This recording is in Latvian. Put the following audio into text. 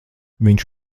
viņš